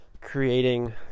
creating